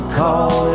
call